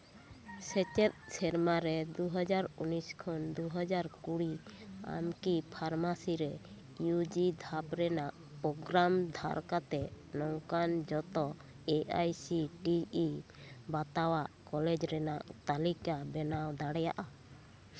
ᱥᱮᱪᱮᱫ ᱥᱮᱨᱢᱟ ᱨᱮ ᱫᱩ ᱦᱟᱡᱟᱨ ᱩᱱᱤᱥ ᱠᱷᱚᱱ ᱫᱩ ᱦᱟᱡᱟᱨ ᱠᱩᱲᱤ ᱟᱢ ᱠᱤ ᱯᱷᱟᱨᱢᱟᱥᱤ ᱨᱮ ᱤᱭᱩ ᱡᱤ ᱫᱷᱟᱯ ᱨᱮᱱᱟᱜ ᱯᱨᱳᱜᱨᱟᱢ ᱫᱷᱟᱨ ᱠᱟᱛᱮᱫ ᱱᱚᱝᱠᱟᱱ ᱡᱚᱛᱚ A I C T E ᱵᱟᱛᱟᱣᱟᱜ ᱠᱚᱞᱮᱡᱽ ᱨᱮᱱᱟᱜ ᱛᱟᱹᱞᱤᱠᱟ ᱵᱮᱱᱟᱣ ᱫᱟᱲᱮᱭᱟᱜᱼ ᱟ